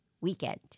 weekend